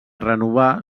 renovar